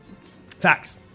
Facts